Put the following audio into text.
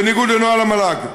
בניגוד לנוהל המל"ג,